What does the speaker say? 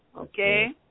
Okay